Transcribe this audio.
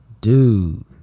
Dude